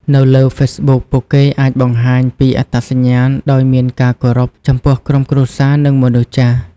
នៅលើ Facebook ពួកគេអាចបង្ហាញពីអត្តសញ្ញាណដោយមានការគោរព ចំពោះក្រុមគ្រួសារ និងមនុស្សចាស់។